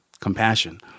compassion